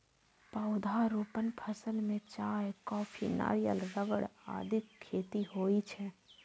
पौधारोपण फसल मे चाय, कॉफी, नारियल, रबड़ आदिक खेती होइ छै